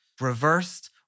reversed